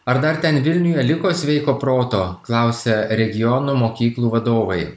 ar dar ten vilniuje liko sveiko proto klausia regionų mokyklų vadovai